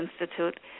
Institute